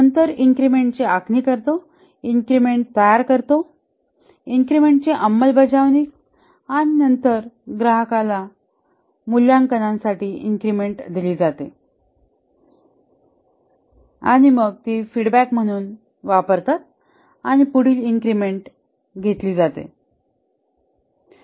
नंतर इन्क्रिमेंटची आखणी करा इन्क्रिमेंट तयार करा इन्क्रिमेंटची अंमलबजावणी करा आणि नंतर ग्राहकाला मूल्यांकनासाठी इन्क्रिमेंट द्या आणि मग ती फीडबॅक म्हणून वापरा आणि पुढील इन्क्रिमेंट वगैरे घ्या